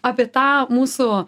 apie tą mūsų